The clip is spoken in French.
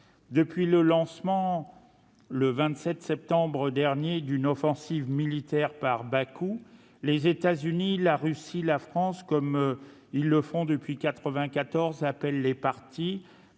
Depuis le lancement, le 27 septembre dernier, d'une offensive militaire par Bakou, les États-Unis, la Russie et la France, comme ils le font depuis 1994, appellent les parties